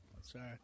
sorry